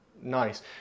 nice